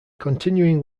continuing